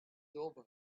over